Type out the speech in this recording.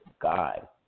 God